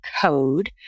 code